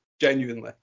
genuinely